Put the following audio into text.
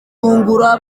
kungura